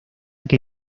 que